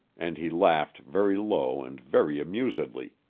and he laughed very low and very amusedly.